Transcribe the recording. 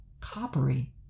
coppery